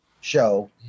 show